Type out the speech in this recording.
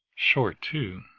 short, too.